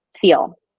feel